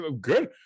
good